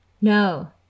No